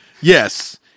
Yes